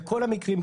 בכל המקרים,